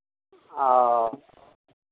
ओ